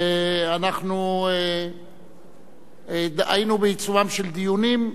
ואנחנו היינו בעיצומם של דיונים,